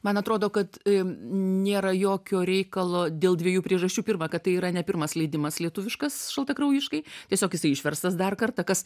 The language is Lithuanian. man atrodo kad nėra jokio reikalo dėl dviejų priežasčių pirma kad tai yra ne pirmas leidimas lietuviškas šaltakraujiškai tiesiog jisai išverstas dar kartą kas